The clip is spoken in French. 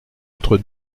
entre